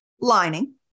lining